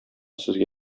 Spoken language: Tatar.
сезгә